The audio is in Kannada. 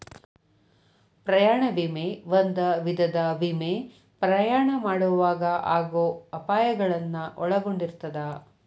ಪ್ರಯಾಣ ವಿಮೆ ಒಂದ ವಿಧದ ವಿಮೆ ಪ್ರಯಾಣ ಮಾಡೊವಾಗ ಆಗೋ ಅಪಾಯಗಳನ್ನ ಒಳಗೊಂಡಿರ್ತದ